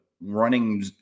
running